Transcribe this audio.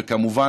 וכמובן,